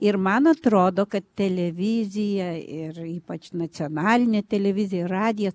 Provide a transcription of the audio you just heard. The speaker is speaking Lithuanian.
ir man atrodo kad televizija ir ypač nacionalinė televizija radijas